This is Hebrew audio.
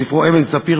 בספרו "אבן ספיר",